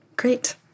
great